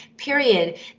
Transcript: period